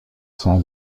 son